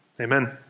Amen